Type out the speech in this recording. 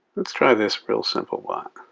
let's try this real simple bot.